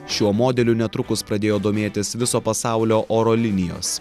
šiuo modeliu netrukus pradėjo domėtis viso pasaulio oro linijos